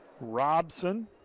Robson